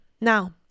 Now